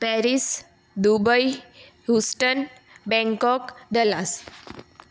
Paris Dubai Houston Bangkok Dallas